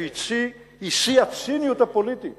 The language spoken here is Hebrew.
שיא הציניות הפוליטית